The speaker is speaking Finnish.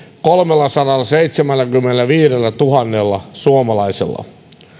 kolmellasadallaseitsemälläkymmenelläviidellätuhannella suomalaisella